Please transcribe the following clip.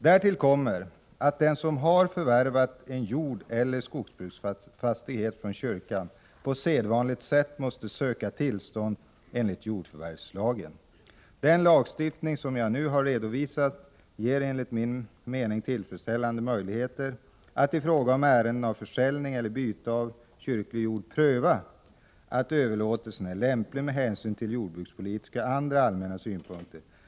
Därtill kommer att den som har förvärvat en jordeller skogsbruksfastighet från kyrkan på sedvanligt sätt måste söka tillstånd enligt jordförvärvslagen. Den lagstiftning som jag nu har redovisat ger enligt min mening tillfredsställande möjligheter att i fråga om ärenden om försäljning eller byte av kyrklig jord pröva att överlåtelsen är lämplig med hänsyn till jordbrukspolitiska och andra allmänna synpunkter.